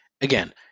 again